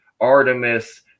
artemis